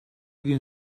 gün